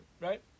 right